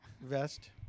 vest